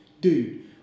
dude